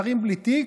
שרים בלי תיק,